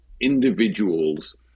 individuals